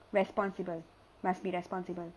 responsible must be responsible